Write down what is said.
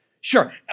Sure